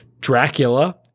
Dracula